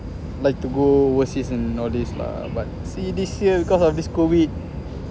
like to go overseas and nowadays lah but see this year because of this C_O_V_I_D